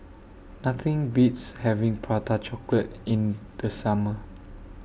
Nothing Beats having Prata Chocolate in The Summer